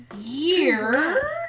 year